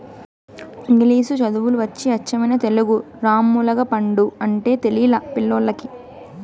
ఇంగిలీసు చదువులు వచ్చి అచ్చమైన తెలుగు రామ్ములగపండు అంటే తెలిలా పిల్లోల్లకి